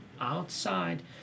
outside